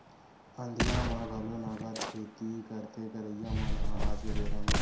अंधिया म घलो नंगत खेती करथे करइया मन ह आज के बेरा म